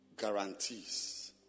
guarantees